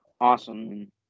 awesome